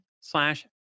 slash